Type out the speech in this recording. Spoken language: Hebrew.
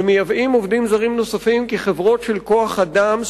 ומייבאים עובדים זרים נוספים כי חברות של כוח-אדם,